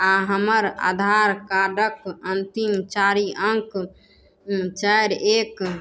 आओर हमर आधार कार्डक अन्तिम चारि अङ्क चारि एक